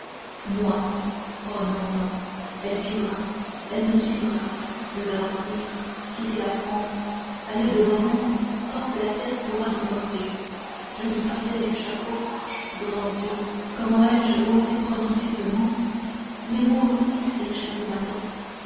moi oh non non elle vivra elle me suivra nous allons fuir quitter la france aller devant nous tant que la terre pourra nous porter je lui parlais d'échafaud grand dieu comment ai-je osé prononcer ce mot mais moi aussi l'échafaud